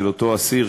של אותו אסיר,